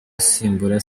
usimbura